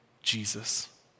jesus